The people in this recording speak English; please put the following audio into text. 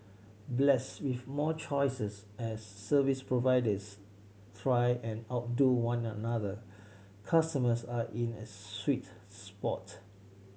blessed with more choices as service providers try and outdo one another customers are in a sweet spot